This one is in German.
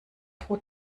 pro